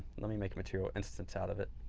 let me make material instance out of it,